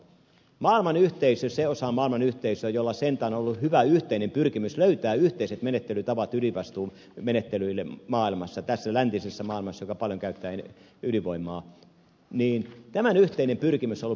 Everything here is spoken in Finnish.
siinä osassa maailmanyhteisöä jolla sentään on ollut hyvä yhteinen pyrkimys löytää yhteiset menettelytavat ydinvastuumenettelyille maailmassa tässä läntisessä maailmassa joka paljon käyttää ydinvoimaa tämä yhteinen pyrkimys on ollut pitkään esillä